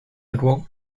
network